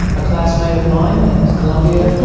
a classmate of mine at columbia,